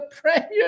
Premier